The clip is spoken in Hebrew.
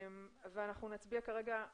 אנחנו נצביע על